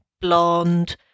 blonde